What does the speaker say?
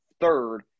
third